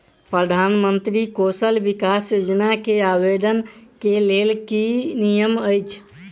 प्रधानमंत्री कौशल विकास योजना केँ आवेदन केँ लेल की नियम अछि?